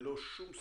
ללא שום סייג.